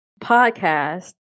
podcast